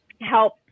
help